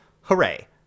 hooray